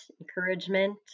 encouragement